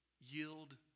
Yield